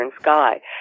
sky